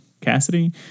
Cassidy